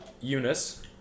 Eunice